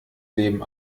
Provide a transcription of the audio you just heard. leben